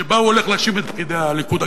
שבה הוא הולך להאשים את פקידי הליכוד.